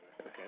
Okay